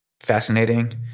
fascinating